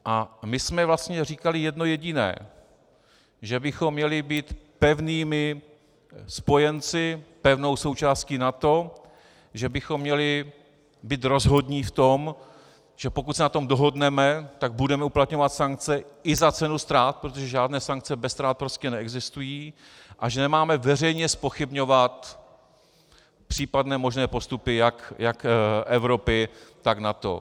A my jsme vlastně říkali jedno jediné že bychom měli být pevnými spojenci, pevnou součástí NATO, že bychom měli být rozhodní v tom, že pokud se na tom dohodneme, tak budeme uplatňovat sankce i za cenu ztrát, protože žádné sankce beze ztrát prostě neexistují, a že nemáme veřejně zpochybňovat případné možné postupy jak Evropy, tak NATO.